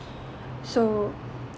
so